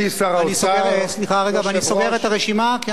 ואני סוגר את הרשימה, כי אנחנו חייבים לסיים בזמן.